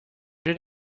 did